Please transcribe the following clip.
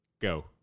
Go